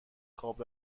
خواب